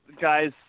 guys